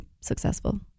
successful